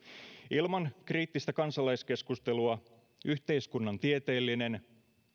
ilman kriittistä kansalaiskeskustelua yhteiskunnan tieteellinen